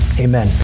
amen